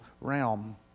realm